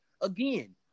again